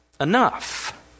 enough